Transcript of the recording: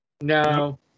No